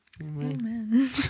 Amen